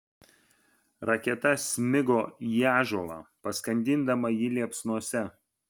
raketa smigo į ąžuolą paskandindama jį liepsnose